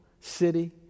City